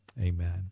amen